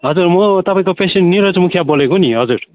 हजुर म तपाईँको पेसेन्ट निरज मुखिया बोलेको नि हजुर